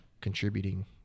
contributing